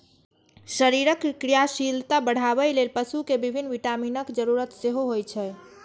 शरीरक क्रियाशीलता बढ़ाबै लेल पशु कें विभिन्न विटामिनक जरूरत सेहो होइ छै